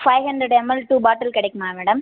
five hundred M L two bottle கிடைக்குமா madam